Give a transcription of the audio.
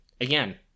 again